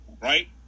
right